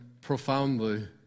profoundly